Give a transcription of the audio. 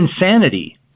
insanity